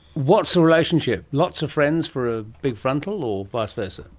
what's the relationship lots of friends for a big frontal, or vice versa?